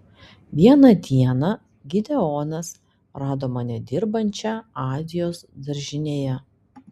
vieną dieną gideonas rado mane dirbančią azijos daržinėje